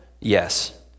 Yes